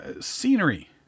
scenery